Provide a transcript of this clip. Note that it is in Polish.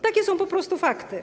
Takie są po prostu fakty.